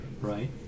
right